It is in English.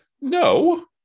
No